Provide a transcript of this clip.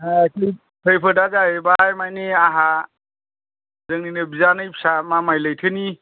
actually खैफोदआ जाहैबाय माने आंहा जोंनिनो बियानै फिसा मामा लैथोनि